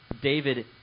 David